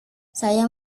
saya